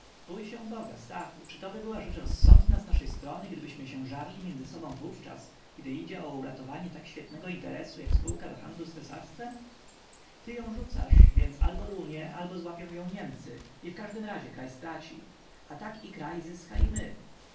bój się boga stachu czy by to była rzecz rozsądna z naszej strony gdybyśmy się żarli między sobą wówczas kiedy idzie o uratowanie tak świetnego interesu jak spółka do handlu z cesarstwem ty ją rzucasz więc albo runie albo złapią ją niemcy i w każdym razie kraj straci a tak i kraj zyska i my